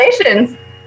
Congratulations